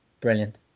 brilliant